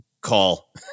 call